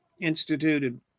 instituted